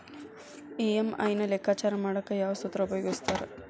EMI ನ ಲೆಕ್ಕಾಚಾರ ಮಾಡಕ ಯಾವ್ ಸೂತ್ರ ಉಪಯೋಗಿಸ್ತಾರ